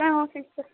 ah okay sir